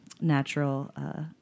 Natural